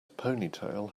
ponytail